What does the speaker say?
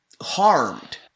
harmed